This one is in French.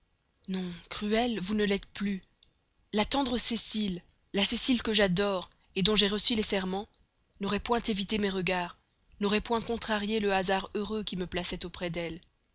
non cruelle vous ne l'êtes plus la tendre cécile la cécile que j'adore dont j'ai reçu les serments n'aurait point évité mes regards n'aurait pas contrarié le hasard heureux qui me plaçait auprès d'elle